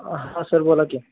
हां सर बोला की